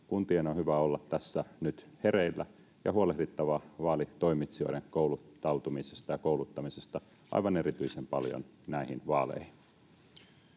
Kuntien on hyvä olla tässä nyt hereillä ja huolehdittava vaalitoimitsijoiden kouluttautumisesta ja kouluttamisesta aivan erityisen paljon näihin vaaleihin.